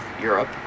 Europe